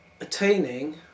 attaining